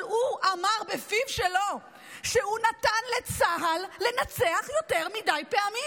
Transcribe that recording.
אבל הוא אמר בפיו שלו שהוא נתן לצה"ל לנצח יותר מדי פעמים.